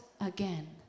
again